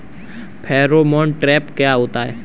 Pheromone trap क्या होता है?